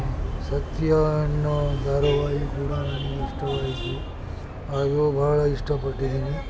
ಸತ್ಯ ಎನ್ನುವ ಧಾರಾವಾಹಿಯೂ ಕೂಡ ನನಗೆ ಇಷ್ಟವಾದದ್ದು ಅದು ಬಹಳ ಇಷ್ಟಪಟ್ಟಿದ್ದೀನಿ